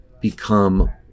become